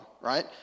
right